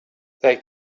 they